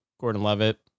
Gordon-Levitt